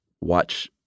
watch